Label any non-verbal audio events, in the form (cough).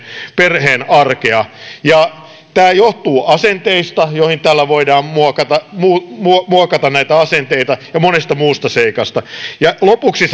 perheen arkea tämä johtuu asenteista joita tällä voidaan muokata ja monesta muusta seikasta lopuksi (unintelligible)